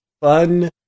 fun